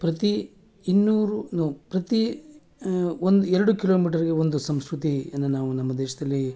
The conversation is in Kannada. ಪ್ರತಿ ಇನ್ನೂರು ಪ್ರತಿ ಒಂದು ಎರಡು ಕಿಲೋಮೀಟರಿಗೆ ಒಂದು ಸಂಸ್ಕೃತಿಯನ್ನು ನಾವು ನಮ್ಮ ದೇಶದಲ್ಲಿ